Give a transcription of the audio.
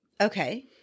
Okay